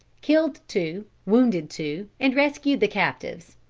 killed two, wounded two, and rescued the captives.